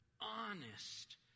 honest